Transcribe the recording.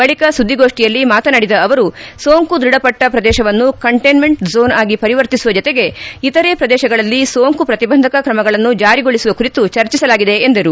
ಬಳಕ ಸುದ್ದಿಗೋಷ್ಠಿಯಲ್ಲಿ ಮಾತನಾಡಿದ ಅವರು ಸೋಂಕು ದೃಢಪಟ್ಟ ಪ್ರದೇಶವನ್ನು ಕಂಟೇನ್ ಮೆಂಟ್ ಝೋನ್ ಆಗಿ ಪರಿವರ್ತಿಸುವ ಜತೆಗೆ ಇತರೆ ಪ್ರದೇಶಗಳಲ್ಲಿ ಸೋಂಕು ಪ್ರತಿಬಂಧಕ ಕ್ರಮಗಳನ್ನು ಜಾರಿಗೊಳಿಸುವ ಕುರಿತು ಚರ್ಚಿಸಲಾಗಿದೆ ಎಂದರು